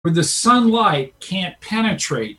where the sunlight can't penetrate.